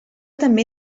també